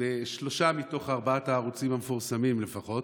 בשלושה מתוך ארבעת הערוצים המפורסמים לפחות